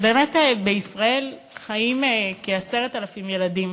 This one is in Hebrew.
אז באמת בישראל חיים כ-10,000 ילדים